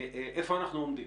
איפה אנחנו עומדים?